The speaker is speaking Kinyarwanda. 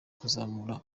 kuzamura